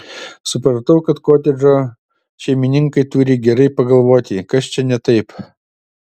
supratau kad kotedžo šeimininkai turi gerai pagalvoti kas čia ne taip